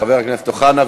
חבר הכנסת אוחנה,